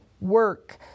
work